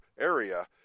area